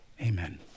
Amen